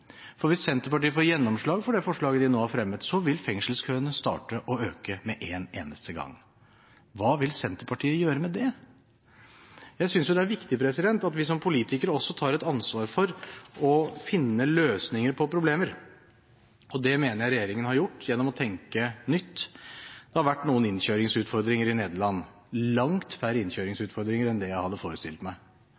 Hvis Senterpartiet får gjennomslag for det forslaget de nå har fremmet, vil fengselskøene starte å øke med en eneste gang. Hva vil Senterpartiet gjøre med det? Jeg synes det er viktig at vi som politikere også tar et ansvar for å finne løsninger på problemer, og det mener jeg regjeringen har gjort gjennom å tenke nytt. Det har vært noen innkjøringsutfordringer i Nederland, men langt færre innkjøringsutfordringer enn det jeg hadde forestilt meg.